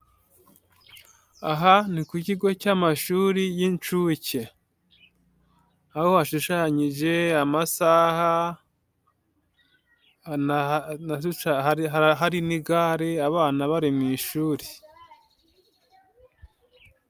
Aha ni ku kigo cy'amashuri y'inshuke, aho hashushanyije amasaha, hari n'igare abana bari mu ishuri.